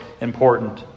important